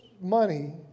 money